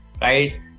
right